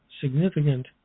significant